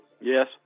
Yes